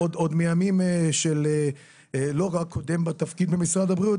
נשלחו עוד בימים של לא הקודם בתפקיד במשרד הבריאות,